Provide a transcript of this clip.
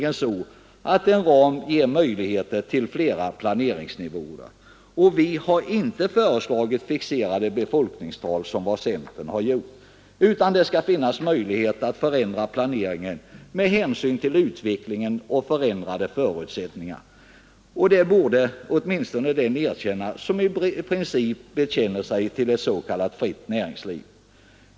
En ram ger ju möjligheter till flera planeringsnivåer, och vi har inte föreslagit fasta befolkningstal, vilket däremot centern har gjort, utan det skall finnas möjlighet att förändra planeringen med hänsyn till utvecklingen och förändrade förutsättningar. Det borde åtminstone den erkänna som i princip bekänner sig till ett s.k. fritt näringsliv.